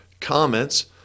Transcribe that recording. comments